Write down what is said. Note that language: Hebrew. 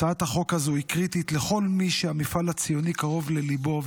הצעת החוק הזאת היא קריטית לכל מי שהמפעל הציוני קרוב לליבו,